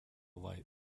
light